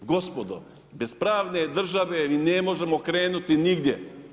Gospodo, bez pravne države mi ne možemo krenuti nigdje.